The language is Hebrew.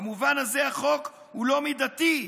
במובן הזה החוק הוא לא מידתי,